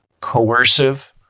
coercive